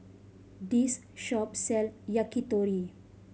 this shop sell Yakitori